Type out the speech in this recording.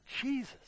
Jesus